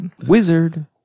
wizard